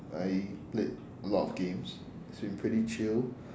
I played a lot of games it's been pretty chill